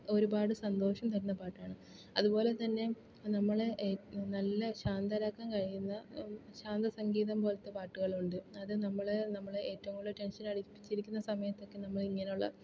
ഒരുപാട് സന്തോഷം തരുന്ന പാട്ടാണ് അതുപോലെ തന്നെ നമ്മൾ നല്ല ശാന്തരാക്കാൻ കഴിയുന്ന ശാന്ത സംഗീതം പോൽത്തെ പാട്ടുകളുണ്ട് അത് നമ്മൾ നമ്മൾ ഏറ്റവും കൂടുതൽ ടെൻഷൻ അടിച്ചിരിക്കുന്ന സമയത്തൊക്കെ നമ്മൾ ഇങ്ങനെയുള്ള